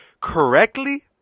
correctly